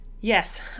yes